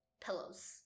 pillows